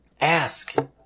Ask